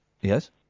Yes